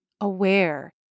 aware